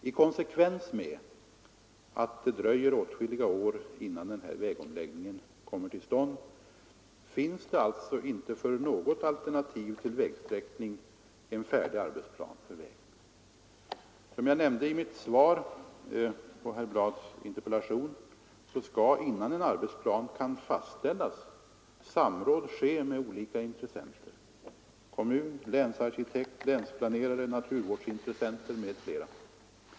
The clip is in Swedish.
I konsekvens med att det dröjer åtskilliga år innan den här vägomläggningen kommer till stånd finns det inte för något alternativ till vägsträckning en färdig arbetsplan. Som jag nämnde i mitt svar på herr Bladhs interpellation skall, innan en arbetsplan kan fastställas, samråd ske med olika intressenter — kommun, länsarkitekt, länsplanerare, naturvårdsintressenter m.fl.